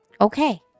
Okay